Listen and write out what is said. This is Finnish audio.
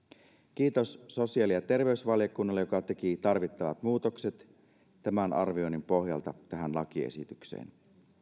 kiitos sosiaali ja terveysvaliokunnalle joka teki tarvittavat muutokset tämän arvioinnin pohjalta tähän lakiesitykseen